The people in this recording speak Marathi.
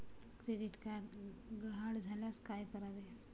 क्रेडिट कार्ड गहाळ झाल्यास काय करावे?